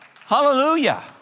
Hallelujah